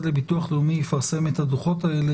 לביטוח לאומי יפרסם את הדוחות האלה,